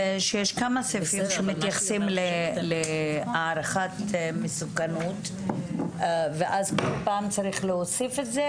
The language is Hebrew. שיש כמה סעיפים שמתייחסים להערכת מסוכנות ואז כל פעם צריך להוסיף את זה,